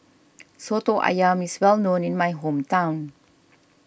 Soto Ayam is well known in my hometown